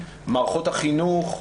מערכות החינוך,